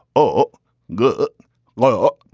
oh good lo,